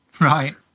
Right